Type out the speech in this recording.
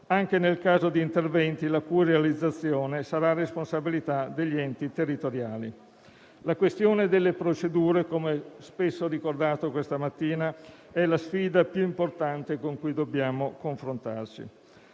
anche nel caso di interventi la cui realizzazione sarà responsabilità degli enti territoriali. La questione delle procedure, come spesso ho ricordato questa mattina, è la sfida più importante con cui dobbiamo confrontarci.